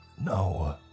No